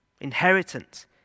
Inheritance